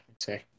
say